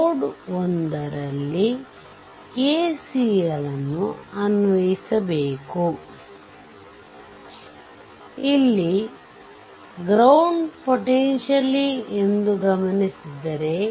ನೋಡ್ 1 ನಲ್ಲಿ KCL ಅನ್ನು ಅನ್ವಯಿಸಿಬೇಕು ಇಲ್ಲಿ ಗ್ರೌಂಡ್ ಪೊಟೆಂಶಿಯಲ್ ಎಂದು ಗಮನಿಸಿದರೆ